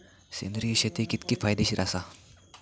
सेंद्रिय शेती कितकी फायदेशीर आसा?